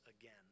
again